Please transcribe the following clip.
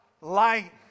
Light